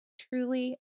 truly